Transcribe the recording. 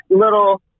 little